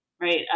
right